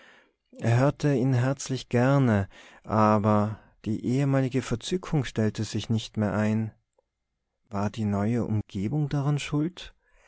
er hörte ihn herzlich gerne aber die ehemalige verzückung stellte sich nicht mehr ein war die neue umgebung daran schuld